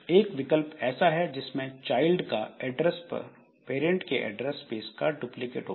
एक विकल्प ऐसा है जिसमें चाइल्ड का एड्रेस पैरेंट के ऐड्रेस स्पेस का डुप्लीकेट होगा